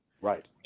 Right